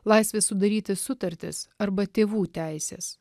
laisvė sudaryti sutartis arba tėvų teisės